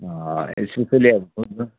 specially अहिले अब football